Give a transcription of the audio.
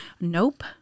Nope